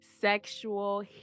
sexual